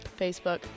Facebook